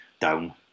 down